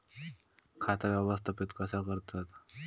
खाता व्यवस्थापित कसा करतत?